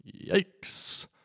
Yikes